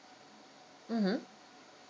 mmhmm